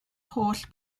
holl